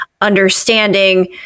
understanding